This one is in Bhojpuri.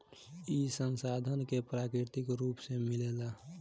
ई संसाधन के प्राकृतिक रुप से मिलेला